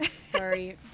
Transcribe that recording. Sorry